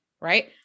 right